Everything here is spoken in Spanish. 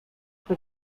fue